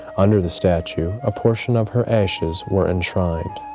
under the statue a portion of her ashes were enshrined.